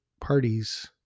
parties